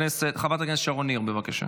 חברת הכנסת שרון ניר, בבקשה.